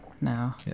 now